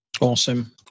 Awesome